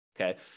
okay